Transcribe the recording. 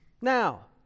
Now